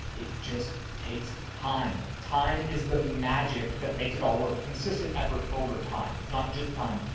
it just takes time. time is the magic that makes it all work, consistent effort over time. it's not just time,